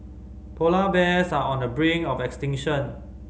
polar bears are on the brink of extinction